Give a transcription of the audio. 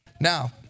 Now